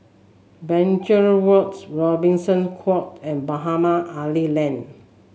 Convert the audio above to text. Binchang Walks Robertson Quay and Mohamed Ali Lane